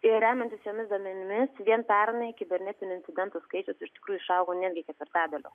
ir remiantis jomis duomenimis vien pernai kibernetinių incidentų skaičius iš tikrųjų išaugo netgi ketvirtadaliu